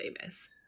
famous